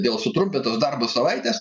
dėl sutrumpintos darbo savaitės